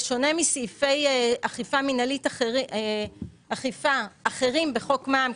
בשונה מסעיפי אכיפה אחרים בחוק מע"מ,